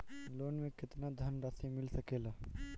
Loan मे केतना धनराशी मिल सकेला?